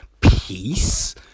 peace